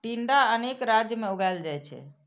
टिंडा अनेक राज्य मे उगाएल जाइ छै